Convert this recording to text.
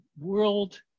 world